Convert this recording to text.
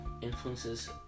influences